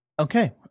Okay